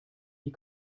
die